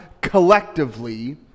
collectively